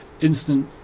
instant